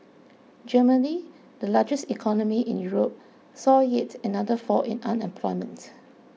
Germany the largest economy in Europe saw yet another fall in unemployment